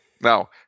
Now